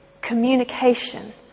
Communication